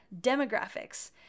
demographics